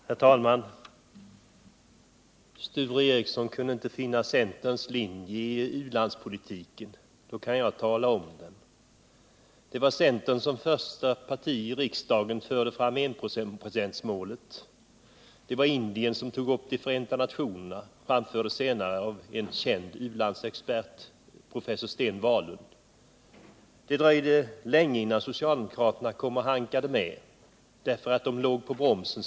Herr talman! Sture Ericson kunde inte finna centerns linje i u-landspolitiken. Då skall jag tala om den. Centern förde som första parti i riksdagen fram enprocentsmålet. Indien tog upp det i Förenta nationerna, och kravet framfördes sedan av en känd u-landsexpert, professor Sten Wahlund. Det dröjde länge innan socialdemokraterna kom och hankade med. De låg hela tiden på bromsen.